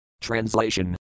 Translation